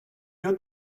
your